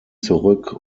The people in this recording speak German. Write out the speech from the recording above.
zurück